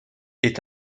est